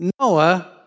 Noah